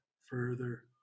further